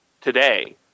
today